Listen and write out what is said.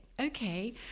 Okay